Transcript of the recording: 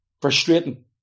Frustrating